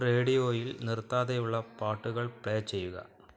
റേഡിയോയിൽ നിർത്താതെയുള്ള പാട്ടുകൾ പ്ലേ ചെയ്യുക